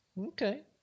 Okay